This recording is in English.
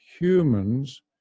humans